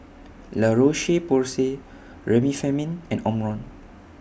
La Roche Porsay Remifemin and Omron